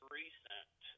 recent